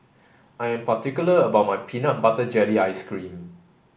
I am particular about my peanut butter jelly ice cream